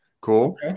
Cool